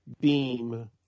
beam